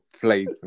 played